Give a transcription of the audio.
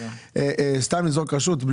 סתם אני אזרוק רשות,